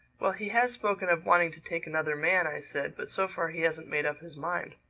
well, he has spoken of wanting to take another man, i said but so far he hasn't made up his mind.